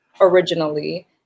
originally